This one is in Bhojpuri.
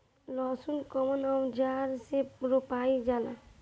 लहसुन कउन औजार से रोपल जाला?